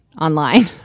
online